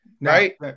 right